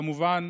כמובן,